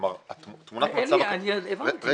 כלומר -- אני הבנתי.